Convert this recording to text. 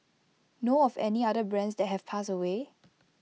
know of any other brands that have passed away